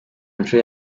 nshuro